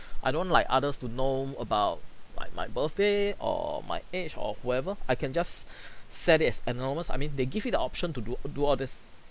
I don't want like others to know about like my birthday or my age or whoever I can just set it as anonymous I mean they give you the option to do do all this